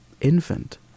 infant